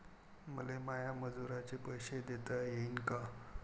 मले माया मजुराचे पैसे देता येईन का?